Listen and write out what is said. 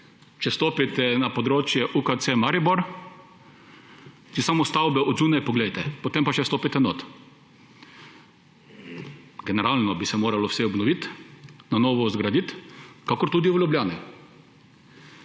Če stopite na območje UKC Maribor, samo stavbe od zunaj poglejte, potem pa še stopite notri. Generalno bi se moralo vse obnoviti, na novo zgraditi, kakor tudi v Ljubljani.